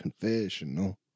confessional